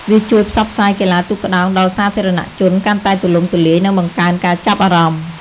វាជួយផ្សព្វផ្សាយកីឡាទូកក្ដោងដល់សាធារណជនកាន់តែទូលំទូលាយ និងបង្កើនការចាប់អារម្មណ៍។